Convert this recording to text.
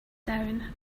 down